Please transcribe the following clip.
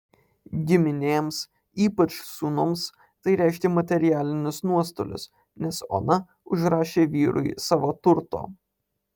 giminėms ypač sūnums tai reiškė materialinius nuostolius nes ona užrašė vyrui savo turto